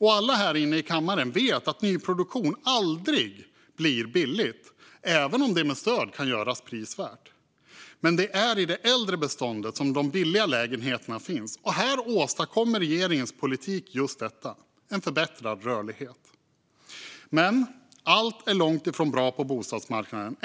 Alla här inne i kammaren vet att nyproduktion aldrig blir billigt, även om det med stöd kan göras prisvärt. Det är i det äldre beståndet som de billiga lägenheterna finns, och här åstadkommer regeringens politik just detta: en förbättrad rörlighet. Men allt är långt ifrån bra på bostadsmarknaden.